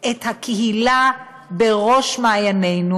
את הקהילה על ראש שמחתנו,